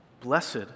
Blessed